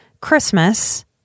Christmas